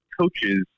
coaches